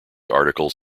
articles